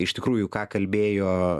iš tikrųjų ką kalbėjo